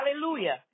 Hallelujah